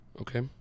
Okay